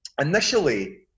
initially